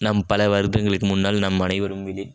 நாம் பல வருடங்களுக்கு முன்னால் நம் அனைவரும் வெளி